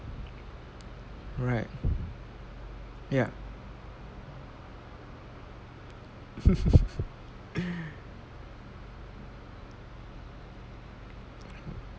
right yup